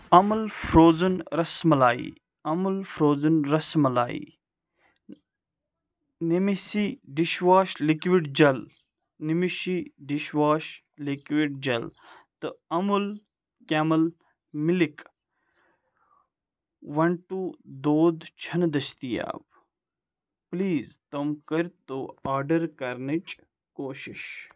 امَل فرٛوزٕنۍ رس مَلایی، اَمَل فروٛوزٕنۍ رس مَلایی نِمِسی ڈِش واش لِکوِڈ جل نِمِشی ڈش واس لکوڈ جل تہٕ Amul camel milk one two دۄد چھِنہٕ دٔستِیاب، پلیز تِم کٔر تو آرڈر کرنٕچ کوٗشش